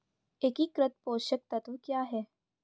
एकीकृत पोषक तत्व क्या है?